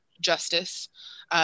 justice